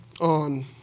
on